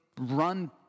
run